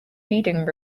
reading